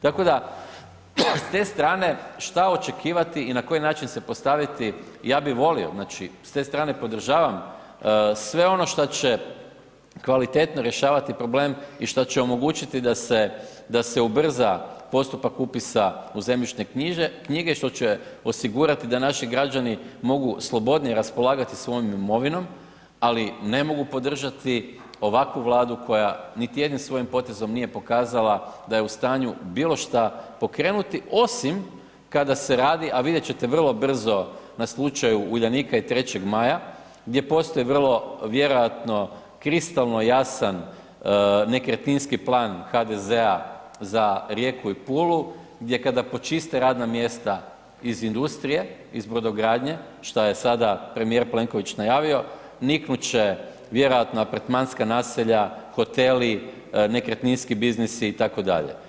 Tako da, s te strane, što očekivati i na koji način se postaviti, ja bih volio, znači s te strane podržavam sve ono što će kvalitetno rješavati problem i što će omogućiti da se ubrza postupak upisa u zemljišne knjige, što će osigurati da naši građani mogu slobodnije raspolagati svojom imovinom, ali ne mogu podržati ovakvu Vladu koja niti jednim svojim potezom nije pokazala da je u stanju bilo što pokrenuti, osim kada se radi, a vidjet ćete vrlo brzo na slučaju Uljanika i 3. Maja, gdje postoje vrlo vjerojatno kristalno jasan nekretninski plan HDZ-a za Rijeku i Pulu, gdje kada počiste radna mjesta iz industrije, iz brodogradnje, što je sada premijer Plenković najavio, niknut će vjerojatno apartmanska naselja, hoteli, nekretninski biznisi, itd.